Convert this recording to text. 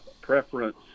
preference